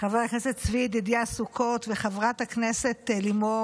חבר הכנסת צבי ידידיה סוכות וחברת הכנסת לימור סון